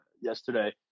yesterday